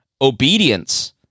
Obedience